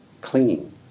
clinging